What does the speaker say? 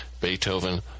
Beethoven